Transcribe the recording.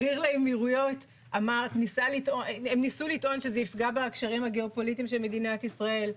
הם ניסו לטעון שזה יפגע בקשרים הגיאופוליטיים של מדינת ישראל,